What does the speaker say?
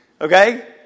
Okay